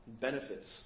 benefits